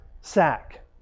sack